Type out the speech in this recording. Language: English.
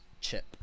chip